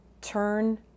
turn